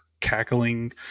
cackling